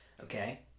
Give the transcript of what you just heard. okay